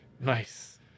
Nice